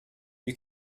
you